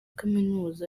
kaminuza